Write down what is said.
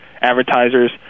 advertisers